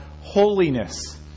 holiness